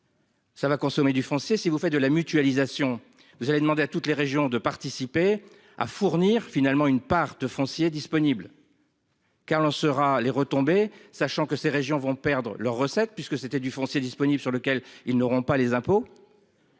Ça va consommer du français. Si vous faites de la mutualisation, vous allez demander à toutes les régions de participer à fournir finalement une part de foncier disponible. Carlos Saura les retombées, sachant que ces régions vont perdre leur recette puisque c'était du foncier disponible sur lequel ils n'auront pas les impôts.